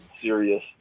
serious